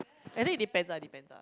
I think it depends lah depends lah